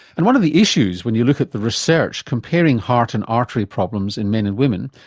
and one of the issues when you look at the research comparing heart and artery problems in men and women,